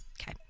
Okay